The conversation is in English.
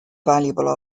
valuable